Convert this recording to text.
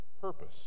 purpose